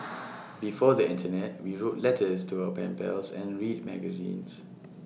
before the Internet we wrote letters to our pen pals and read magazines